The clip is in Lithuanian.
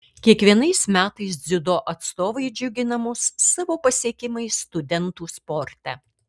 kiekvienais metais dziudo atstovai džiugina mus savo pasiekimais studentų sporte